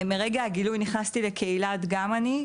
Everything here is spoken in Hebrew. מרגע הגילוי נכנסתי לקהילת גמאני,